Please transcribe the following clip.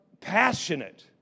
passionate